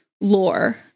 lore